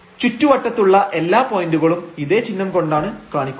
ചുറ്റുവട്ടത്തുള്ള എല്ലാ പോയന്റുകളും ഇതേ ചിഹ്നം കൊണ്ടാണ് കാണിക്കുന്നത്